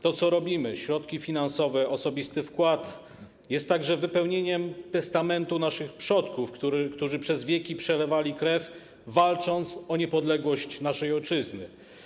To, co robimy, środki finansowe, osobisty wkład, jest także wypełnieniem testamentu naszych przodków, którzy przez wieki przelewali krew, walcząc o niepodległość naszej ojczyzny.